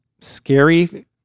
scary